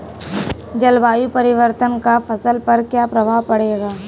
जलवायु परिवर्तन का फसल पर क्या प्रभाव पड़ेगा?